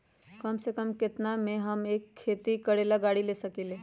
कम से कम केतना में हम एक खेती करेला गाड़ी ले सकींले?